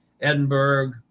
Edinburgh